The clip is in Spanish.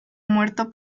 muerto